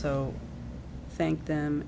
so thank them